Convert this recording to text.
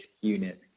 unit